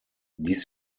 dies